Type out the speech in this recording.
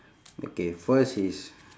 okay first is